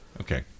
Okay